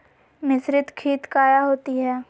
मिसरीत खित काया होती है?